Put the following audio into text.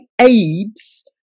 AIDS